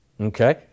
Okay